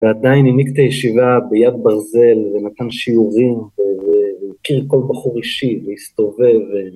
ועדיין הנהיג את הישיבה ביד ברזל ונתן שיעורים ו.. ו.. והכיר כל בחור אישי והסתובב